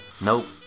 Nope